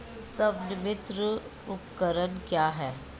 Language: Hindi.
स्वनिर्मित उपकरण क्या है?